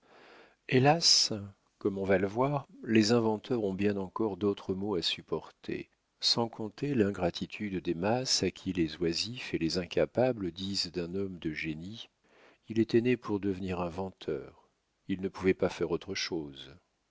hélas comme on va le voir les inventeurs ont bien encore d'autres maux à supporter sans compter l'ingratitude des masses à qui les oisifs et les incapables disent d'un homme de génie il était né pour devenir inventeur il ne pouvait pas faire autre chose